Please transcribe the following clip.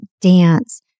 dance